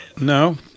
No